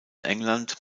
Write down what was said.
england